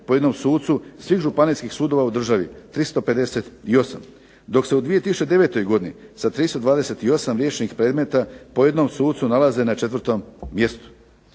po jednom sucu svih županijskih sudova u državi, 358, dok su u 2009. godini sa 328 riješenih predmeta po jednom sucu nalaze na 4. mjestu.